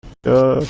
the